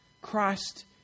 Christ